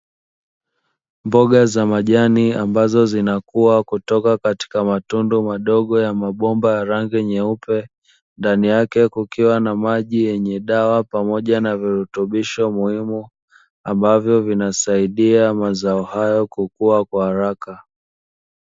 Mboga za majani ambazo zinakuwa kutoka katika matundu madogo ya mabomba ya rangi nyeupe, ndani yake kukiwa na maji yenye dawa pamoja na virutubisho muhimu ambavyo vinasaidia mazao hayo kukuwa kwa haraka.